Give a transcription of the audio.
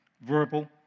Verbal